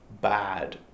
bad